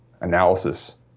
analysis